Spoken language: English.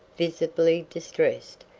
visibly distressed,